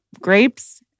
Grapes